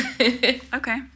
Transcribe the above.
okay